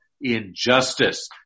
injustice